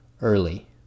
early